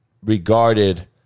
regarded